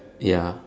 ya